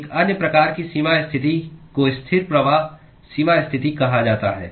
एक अन्य प्रकार की सीमा स्थिति को स्थिर प्रवाह सीमा स्थिति कहा जाता है